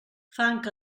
fang